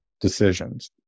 decisions